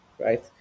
right